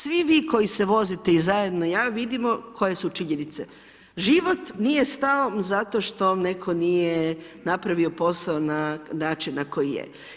Svi vi koji se vozite zajedno vidimo koje su činjenice, život nije stao zato što neko nije napravio posao na način na koji je.